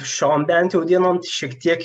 šiom bent jau dienom šiek tiek